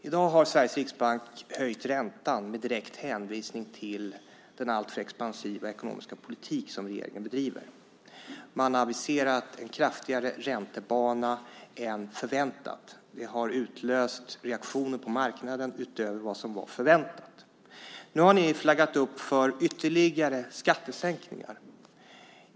I dag har Sveriges riksbank höjt räntan med direkt hänvisning till den alltför expansiva ekonomiska politik som regeringen bedriver. Man har aviserat en kraftigare räntebana än förväntat. Det har utlöst reaktioner på marknaden utöver vad som var förväntat. Nu har ni flaggat för ytterligare skattesänkningar.